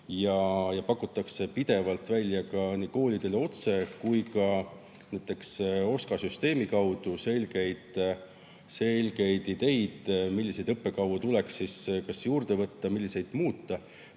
ja pakutakse pidevalt välja nii koolidele otse kui ka näiteks OSKA-süsteemi kaudu selgeid ideid, milliseid õppekavu tuleks juurde võtta, milliseid muuta.